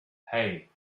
hey